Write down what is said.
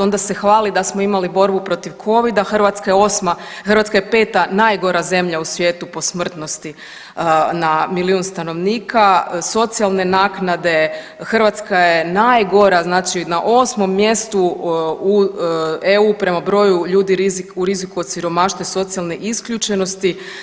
Onda se hvali da smo imali borbu protiv Covida, Hrvatska je 8., Hrvatska je 5. najgora zemlja u svijetu po smrtnosti na milijun stanovnika, socijalne naknada, Hrvatska je najgora, znači na 8. mjestu u EU prema broju ljudi u riziku od siromaštva i socijalne isključenosti.